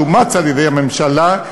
שאומץ על-ידי הממשלה,